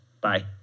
Bye